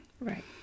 Right